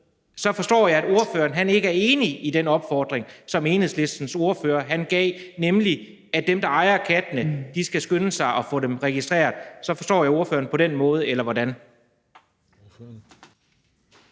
på den måde, at ordføreren ikke er enig i den opfordring, som Enhedslistens ordfører kom med, nemlig at dem, der ejer kattene, skal skynde sig at få dem registreret, eller hvordan?